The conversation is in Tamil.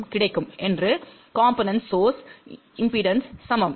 power transfer கிடைக்கும் என்று காம்போனென்ட்ஸ்கிறது சோர்ஸ் இம்பெடன்ஸ்க்கு சமம்